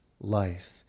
life